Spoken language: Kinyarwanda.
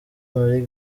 mali